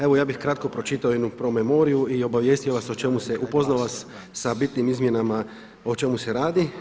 Evo ja bih kratko pročitao jednu promemoriju i obavijestio o čemu se, upoznao vas sa bitnim izmjenama o čemu se radi.